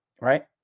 Right